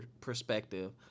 perspective